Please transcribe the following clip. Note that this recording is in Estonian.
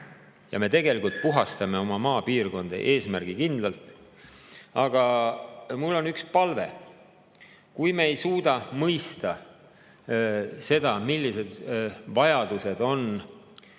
ja me tegelikult puhastame oma maapiirkondi eesmärgikindlalt. Aga mul on üks palve. Kui me ei suuda mõista seda, millised vajadused on